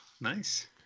Nice